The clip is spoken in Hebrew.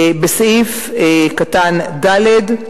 בסעיף קטן (ד)